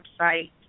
website